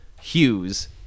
Hughes